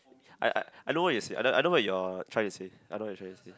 I I I know what you say I I know you are trying to say I know what you trying say